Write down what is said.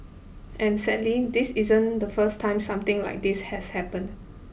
and sadly this isn't the first time something like this has happened